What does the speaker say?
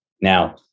Now